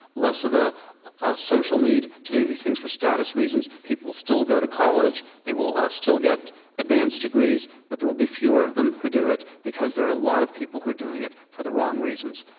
less of ah a social need to do these things for status reasons, people will still go to college, they will still get advance degrees, but there will be fewer of them who do it because there are a lot of people who are doing it for the wrong reasons,